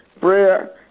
Prayer